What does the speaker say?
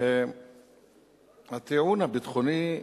הטיעון הביטחוני,